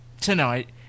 tonight